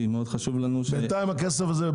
כי מאוד חשוב לנו --- בינתיים איפה הכסף הזה?